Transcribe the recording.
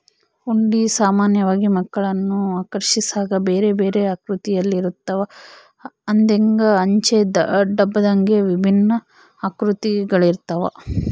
ಹುಂಡಿ ಸಾಮಾನ್ಯವಾಗಿ ಮಕ್ಕಳನ್ನು ಆಕರ್ಷಿಸಾಕ ಬೇರೆಬೇರೆ ಆಕೃತಿಯಲ್ಲಿರುತ್ತವ, ಹಂದೆಂಗ, ಅಂಚೆ ಡಬ್ಬದಂಗೆ ವಿಭಿನ್ನ ಆಕೃತಿಗಳಿರ್ತವ